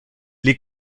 les